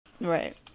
Right